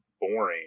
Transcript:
boring